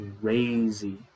crazy